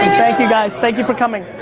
thank you, guys, thank you for coming.